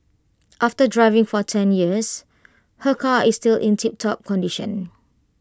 after driving for ten years her car is still in tiptop condition